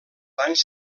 anys